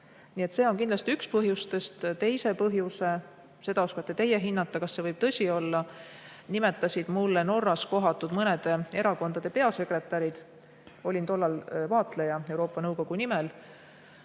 Nii et see on kindlasti üks põhjustest. Teise põhjuse – seda oskate teie hinnata, kas see võib tõsi olla – nimetasid mulle Norras kohatud mõnede erakondade peasekretärid. Olin tollal vaatleja Euroopa Nõukogu nimel.